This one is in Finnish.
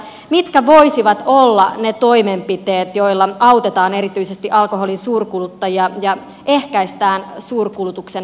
mitkä voisivat olla ne toimenpiteet joilla autetaan erityisesti alkoholin suurkuluttajia ja ehkäistään suurkulutuksen haittoja